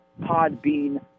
Podbean